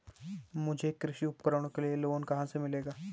मुझे कृषि उपकरणों के लिए लोन कहाँ से मिलेगा?